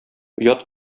оят